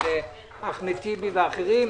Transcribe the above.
של אחמד טיבי ואחרים.